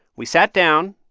we sat down,